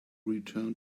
returned